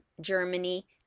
Germany